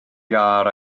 iâr